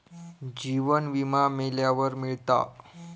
जीवन विमा मेल्यावर मिळता